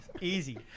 Easy